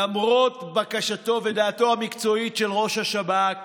למרות בקשתו ודעתו המקצועית של ראש השב"כ